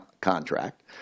contract